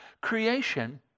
Creation